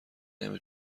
نمی